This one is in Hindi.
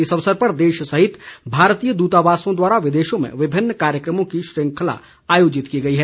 इस अवसर पर देश सहित भारतीय दूतावासों द्वारा विदेशों में विमिन्न कार्यक्रमों की श्रृंखला आयोजित की गई है